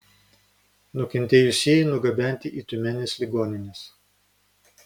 nukentėjusieji nugabenti į tiumenės ligonines